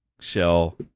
shell